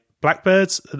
blackbirds